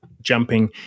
jumping